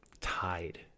tied